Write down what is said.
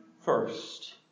first